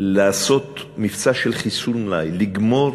לעשות מבצע של חיסול מלאי, לגמור